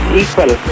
equal